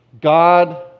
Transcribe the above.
God